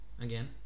again